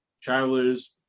Travelers